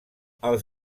els